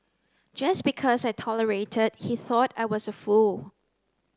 just because I tolerated he thought I was a fool